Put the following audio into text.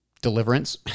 deliverance